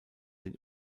den